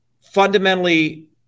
fundamentally